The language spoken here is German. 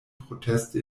proteste